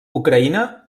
ucraïna